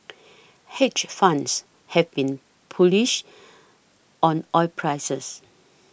hedge funds have been bullish on oil prices